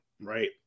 right